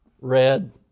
red